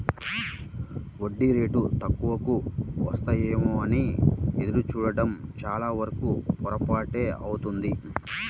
వడ్డీ రేటు తక్కువకు వస్తాయేమోనని ఎదురు చూడడం చాలావరకు పొరపాటే అవుతుంది